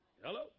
Hello